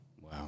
wow